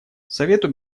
совету